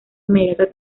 inmediata